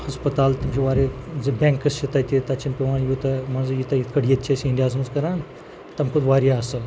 ہَسپَتال تہِ چھِ واریاہ زِ بینٛکٕس چھِ تَتہِ تَتہِ چھِنہٕ پٮ۪وان یوٗتاہ مانٛ ژٕ یوٗتاہ یِتھ کٲٹھۍ ییٚتہِ چھِ أسۍ اِنڈیاہَس منٛز کَران تَمہِ کھۄتہٕ واریاہ اَصٕل